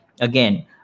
again